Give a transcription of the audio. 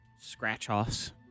Scratch-offs